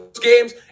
games